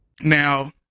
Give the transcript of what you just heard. Now